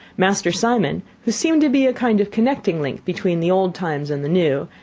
master simon, who seemed to be a kind of connecting link between the old times and the new,